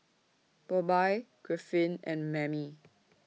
Bobbye Griffith and Mammie